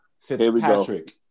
Fitzpatrick